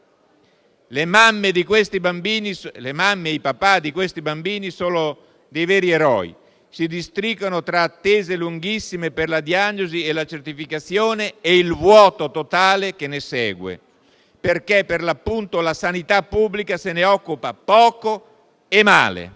Le mamme e i papà di questi bambini sono veri eroi: si districano tra attese lunghissime per la diagnosi e la certificazione e il vuoto totale che ne segue, perché, per l'appunto, la sanità pubblica se ne occupa poco e male.